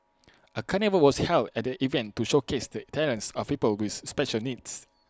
A carnival was held at the event to showcase the talents of people with special needs